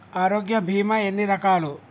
ఆరోగ్య బీమా ఎన్ని రకాలు?